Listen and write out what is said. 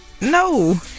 No